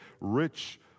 rich